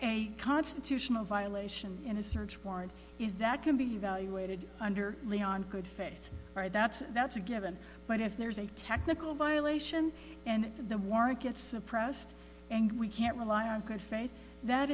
a constitutional violation in a search warrant is that can be evaluated under leon good faith right that's that's a given but if there's a technical violation and the warrant gets suppressed and we can't rely on faith that